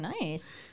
nice